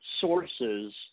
sources